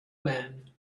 man